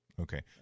Okay